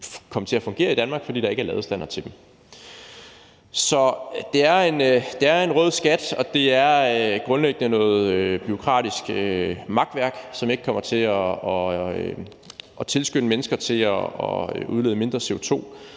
komme til at fungere i Danmark, fordi der ikke er ladestandere til dem. Så det er en rød skat, og det er grundlæggende noget bureaukratisk makværk, som ikke kommer til at tilskynde mennesker til at udlede mindre CO2,